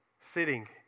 sitting